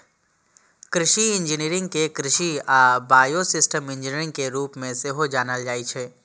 कृषि इंजीनियरिंग कें कृषि आ बायोसिस्टम इंजीनियरिंग के रूप मे सेहो जानल जाइ छै